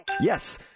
Yes